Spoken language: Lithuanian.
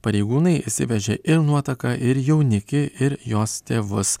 pareigūnai išsivežė ir nuotaką ir jaunikį ir jos tėvus